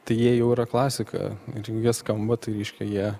tai jie jau yra klasika ir jie skamba tai reiškia jie